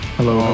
Hello